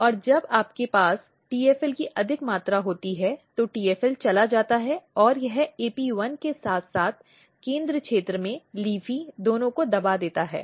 और जब आपके पास TFL की अधिक मात्रा होती है तो TFL चला जाता है और यह AP1 के साथ साथ केंद्र क्षेत्र में LEAFY दोनों को दबा देता है